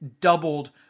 doubled